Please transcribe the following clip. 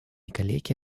коллеги